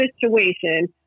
situation